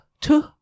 two